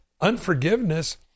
unforgiveness